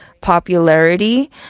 popularity